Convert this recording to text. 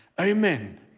Amen